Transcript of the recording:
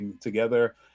together